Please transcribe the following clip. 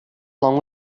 along